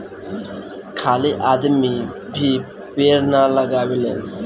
खाली आदमी भी पेड़ ना लगावेलेन